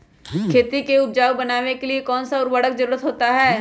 खेती को उपजाऊ बनाने के लिए कौन कौन सा उर्वरक जरुरत होता हैं?